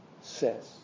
says